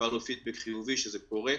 קיבלנו פידבק חיובי שזה קורה.